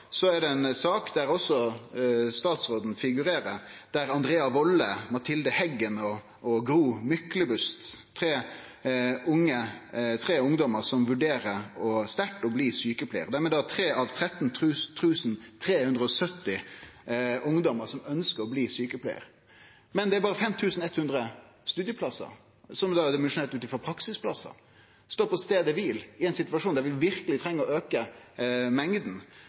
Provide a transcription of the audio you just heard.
der også statsråden figurerer – om Andrea Volle, Mathilde Heggen og Malin Myklebust, tre ungdomar som vurderer sterkt å bli sjukepleiarar. Dei er tre av 13 370 ungdomar som ønskjer å bli sjukepleiarar, men det er berre 5 100 studieplassar, som da er dimensjonert ut frå praksisplassar. Det står på staden kvil i ein situasjon der vi verkeleg treng å auke mengda.